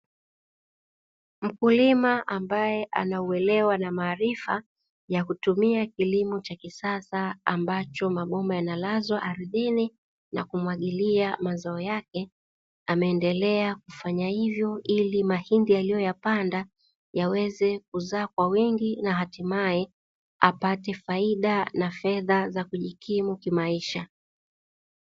Mkulima ambae anauelewa na maalifa ya kutumia kilimo cha kisasa ambacho mabomba yanalazwa ardhini na kumwagilia mazao yake, ameendelea kufanya hivyoo ili mahindi aliyo yapanda yaweze kuzaa kwa wingi na hatimae apate faida na fedha za kujikimu ki maisha.